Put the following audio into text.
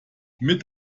mit